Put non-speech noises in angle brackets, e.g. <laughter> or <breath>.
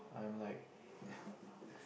I'm like <breath>